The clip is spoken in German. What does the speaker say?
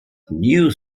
new